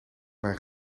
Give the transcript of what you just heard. mijn